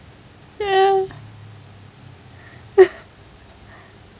ya